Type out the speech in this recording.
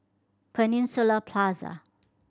Peninsula Plaza